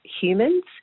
humans